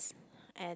and